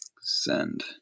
send